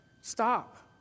Stop